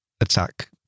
attack